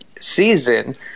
season